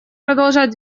продолжать